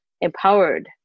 empowered